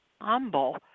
humble